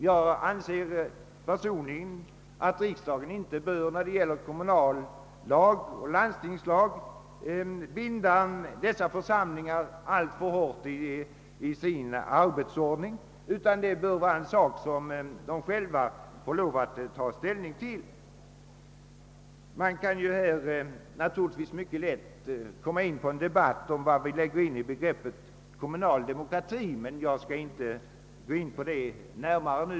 Personligen anser jag att riksdagen när det gäller kommunallag och landstingslag inte bör binda dessa församlingars arbetsordning alltför hårt, utan de bör själva få ta ställning till saken. I detta sammanhang skulle vi naturligtvis lätt kunna komma in på en debatt om vad vi lägger in i begreppet kommunal demokrati. Men jag skall inte nu närmare gå in på den frågan.